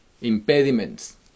impediments